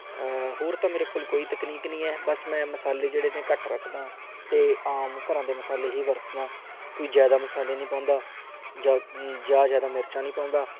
ਹੋਰ ਤਾਂ ਮੇਰੇ ਕੋਲ ਕੋਈ ਤਕਨੀਕ ਨਹੀਂ ਹੈ ਬਸ ਮੈਂ ਮਸਾਲੇ ਜਿਹੜੇ ਨੇ ਘੱਟ ਰੱਖਦਾਂ ਅਤੇ ਆਮ ਘਰਾਂ ਦੇ ਮਸਾਲੇ ਹੀ ਵਰਤਦਾਂ ਕੋਈ ਜ਼ਿਆਦਾ ਮਸਾਲੇ ਨਹੀਂ ਪਾਉਂਦਾ ਜਾ ਜਾਂ ਜ਼ਿਆਦਾ ਮਿਰਚਾਂ ਨਹੀਂ ਪਾਉਂਦਾ